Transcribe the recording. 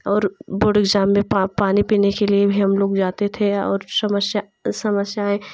और board exam में पानी पीने के लिए भी हम लोग जाते थे या और समस्या समस्याएँ